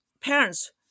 parents